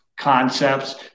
concepts